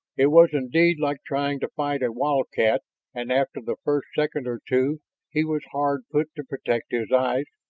it was indeed like trying to fight a wildcat and after the first second or two he was hard put to protect his eyes,